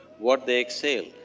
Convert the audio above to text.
what they exhale,